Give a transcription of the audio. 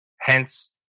hence